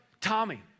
Tommy